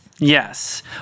Yes